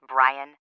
Brian